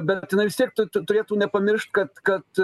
bet jinai vis tiek t turėtų nepamiršt kad kad